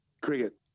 Cricket